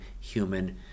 human